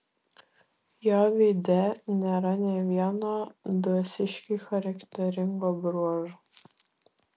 jo veide nėra nė vieno dvasiškiui charakteringo bruožo